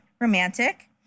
romantic